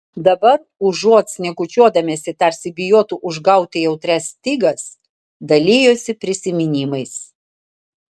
dabar užuot šnekučiuodamiesi tarsi bijotų užgauti jautrias stygas dalijosi prisiminimais